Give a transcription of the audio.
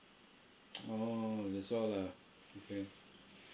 oh that's all ah okay